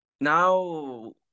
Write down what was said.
now